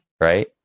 right